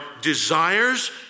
desires